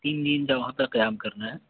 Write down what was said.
تین دن تک وہاں پہ قیام کرنا ہے